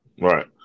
Right